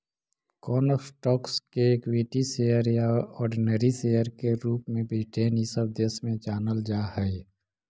कौन स्टॉक्स के equity share या ऑर्डिनरी शेयर के रूप में ब्रिटेन इ सब देश में जानल जा हई